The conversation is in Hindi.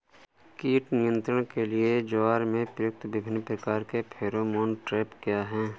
कीट नियंत्रण के लिए ज्वार में प्रयुक्त विभिन्न प्रकार के फेरोमोन ट्रैप क्या है?